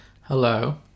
Hello